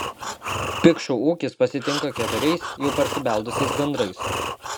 pikšų ūkis pasitinka keturiais jau parsibeldusiais gandrais